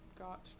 got